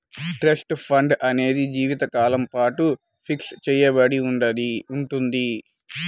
trust fund అనేది జీవితకాలం పాటు ఫిక్స్ చెయ్యబడి ఉంటుంది